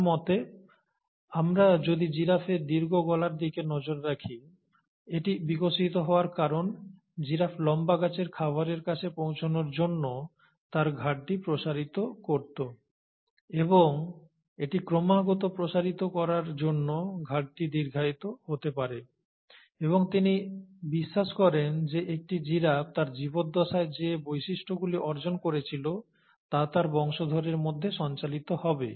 তাঁর মতে আমরা যদি জিরাফের দীর্ঘ গলায় নজর রাখি তবে এটি বিকশিত হওয়ার কারণ জিরাফ লম্বা গাছের খাবারের কাছে পৌঁছানোর জন্য তার ঘাড়টি প্রসারিত করত এবং এটি ক্রমাগত প্রসারিত করার জন্য ঘাড়টি দীর্ঘায়িত হতে পারে এবং তিনি বিশ্বাস করেন যে একটি জিরাফ তার জীবদ্দশায় যে বৈশিষ্ট্যগুলি অর্জন করেছিল তা তার বংশধরের মধ্যে সঞ্চালিত হবে